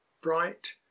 bright